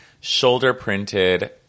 shoulder-printed